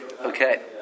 Okay